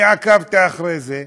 ואני עקבתי אחרי זה,